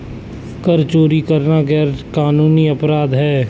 कर चोरी करना गैरकानूनी अपराध है